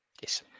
Yes